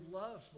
love